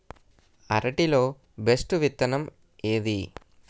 అరటి లో బెస్టు విత్తనం ఏది?